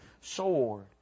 sword